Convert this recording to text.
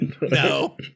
No